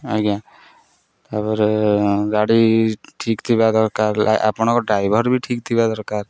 ଆଜ୍ଞା ତା'ପରେ ଗାଡ଼ି ଠିକ୍ ଥିବା ଦରକାର ଆପଣଙ୍କ ଡ୍ରାଇଭର୍ ବି ଠିକ୍ ଥିବା ଦରକାର